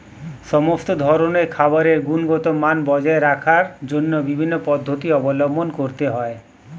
সমস্ত ধরনের খাবারের গুণগত মান বজায় রাখার জন্য বিভিন্ন পদ্ধতি অবলম্বন করতে হয়